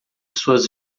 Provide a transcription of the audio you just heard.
suas